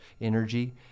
energy